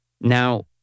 Now